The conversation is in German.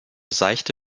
seichte